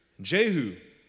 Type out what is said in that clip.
Jehu